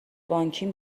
بانکیم